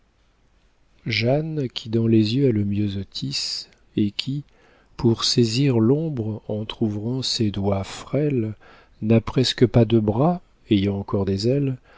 jeanne qui dans les yeux a le myosotis et qui pour saisir l'ombre entr'ouvrant ses doigts frêles n'a presque pas de bras ayant encor des ailes